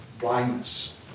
blindness